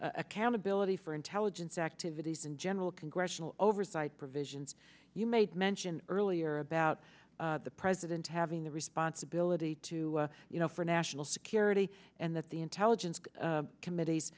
accountability for intelligence activities and general congressional oversight provisions you made mention earlier about the president having the responsibility to you know for national security and that the intelligence committees